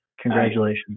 congratulations